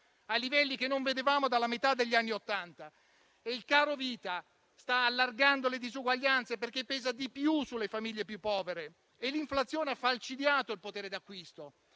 a livelli che non vedevamo dalla metà degli anni Ottanta, e il carovita sta allargando le disuguaglianze perché pesa di più sulle famiglie più povere. L'inflazione ha falcidiato il potere d'acquisto.